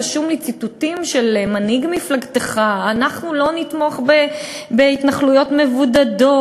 רשומים לי ציטוטים ממנהיג מפלגתך: אנחנו לא נתמוך בהתנחלויות מבודדות,